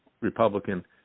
Republican